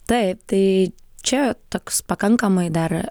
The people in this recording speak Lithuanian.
taip tai čia toks pakankamai dar